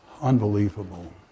Unbelievable